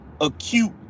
acute